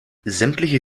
sämtliche